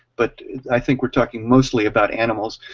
but i think we're talking mostly about animals,